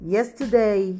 Yesterday